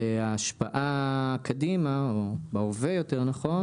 וההשפעה קדימה, או יותר נכון